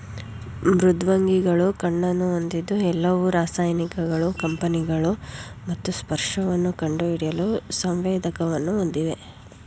ಮೃದ್ವಂಗಿಗಳು ಕಣ್ಣನ್ನು ಹೊಂದಿದ್ದು ಎಲ್ಲವು ರಾಸಾಯನಿಕಗಳು ಕಂಪನಗಳು ಮತ್ತು ಸ್ಪರ್ಶವನ್ನು ಕಂಡುಹಿಡಿಯಲು ಸಂವೇದಕವನ್ನು ಹೊಂದಿವೆ